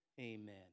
Amen